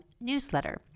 newsletter